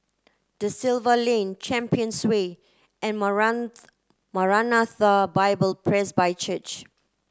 Da Silva Lane Champions Way and Maranatha Bible Presby Church